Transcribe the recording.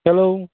hello